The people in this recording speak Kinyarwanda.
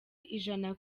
ijana